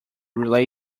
relay